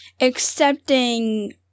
accepting